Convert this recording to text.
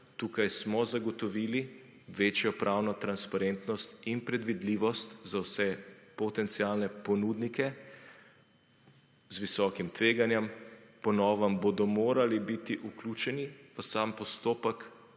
Tukaj smo zagotovili večjo pravno transparentnost in predvidljivost za vse potencialne ponudnike z visokim tveganjem. Po novem bodo morali biti vključeni v sam postopek